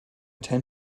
ten